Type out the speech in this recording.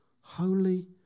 holy